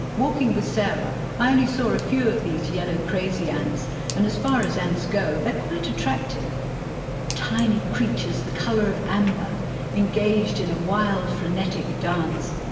walking with sarah, i only saw a few of these yellow crazy ants and as far as ants go, they're quite attractive tiny creatures the colour of amber engaged in a wild frenetic dance.